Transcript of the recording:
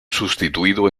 sustituido